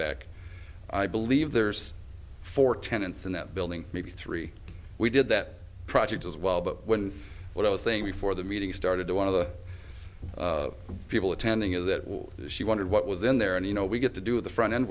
back i believe there's four tenants in that building maybe three we did that project as well but when what i was saying before the meeting started the one of the people attending is that she wondered what was in there and you know we get to do the front end